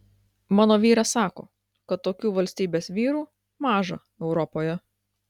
mano vyras sako kad tokių valstybės vyrų maža europoje